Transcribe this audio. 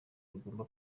bigomba